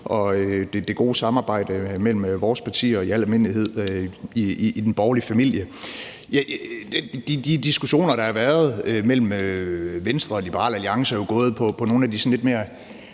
for det gode samarbejde mellem vores partier i al almindelighed i den borgerlige familie. De diskussioner, der har været mellem Venstre og Liberal Alliance er jo gået på den sådan lidt mere